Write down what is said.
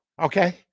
okay